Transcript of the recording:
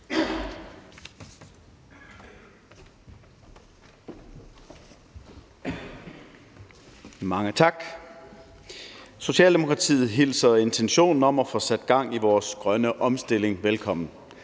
Mange tak. Socialdemokratiet hilser intentionen om at få sat gang i vores grønne omstilling velkommen.